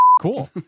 Cool